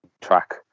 track